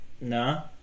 No